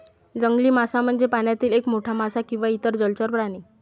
जंगली मासा म्हणजे पाण्यातील एक मोठा मासा किंवा इतर जलचर प्राणी